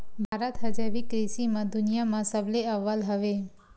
भारत हा जैविक कृषि मा दुनिया मा सबले अव्वल हवे